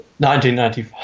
1995